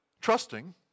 trusting